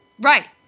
Right